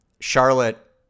charlotte